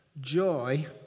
Joy